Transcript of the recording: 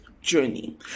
journey